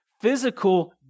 physical